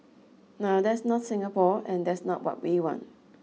now that's not Singapore and that's not what we want